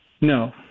No